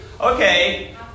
Okay